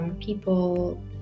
People